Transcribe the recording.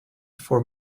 for